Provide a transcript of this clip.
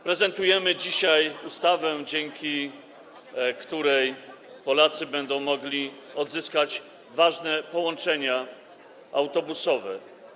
Prezentujemy dzisiaj ustawę, dzięki której Polacy będą mogli odzyskać ważne połączenia autobusowe.